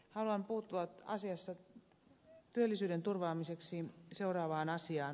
haluan puuttua työllisyyden turvaamiseksi seuraavaan asiaan